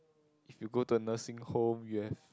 if you go to a nursing home you have